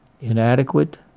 Inadequate